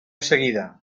seguida